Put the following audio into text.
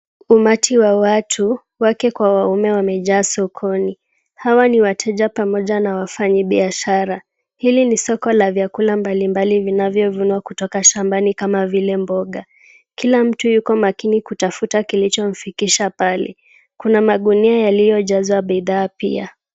Umati wa watu, wake kwa wanaume wamejaa sokoni. Hawa ni wateja pamoja na wafanyibiashara. Hili ni soko la vyakula mbalimbali vinavyovunwa kutoka shambani kama vile mboga. Kila mtu yuko makini kutafuta kilichomfikisha pale. Kuna magunia yaliyojazwa bidhaa pia.